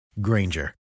Granger